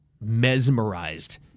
mesmerized